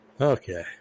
Okay